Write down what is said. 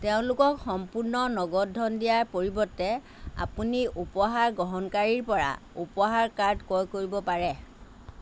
তেওঁলোকক সম্পূৰ্ণ নগদ ধন দিয়াৰ পৰিৱৰ্তে আপুনি উপহাৰ গ্ৰহণকাৰীৰ পৰা উপহাৰ কাৰ্ড ক্ৰয় কৰিব পাৰে